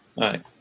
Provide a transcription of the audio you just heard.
right